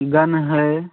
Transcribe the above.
gun है